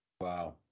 Wow